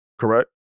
correct